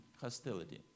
hostility